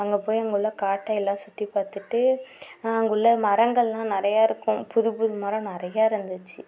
அங்கே போயி அங்கே உள்ள காட்டையெல்லான் சுற்றிப் பார்த்துட்டு அங்கே உள்ள மரங்கள்லாம் நிறையா இருக்கும் புதுபுது மரம் நிறையா இருந்துச்சு